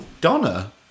Donna